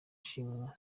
shima